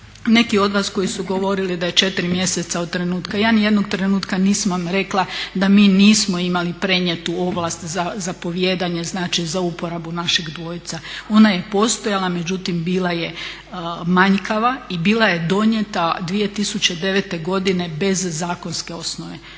Neki od vas koji su govorili da je četiri mjeseca od trenutka, ja ni jednog trenutka nisam rekla da mi nismo imali prenijetu ovlast za zapovijedanje, znači za uporabu našeg dvojca. Ona je postojala međutim bila je manjkava i bila je donijeta 2009.godine bez zakonske osnove.